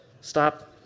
stop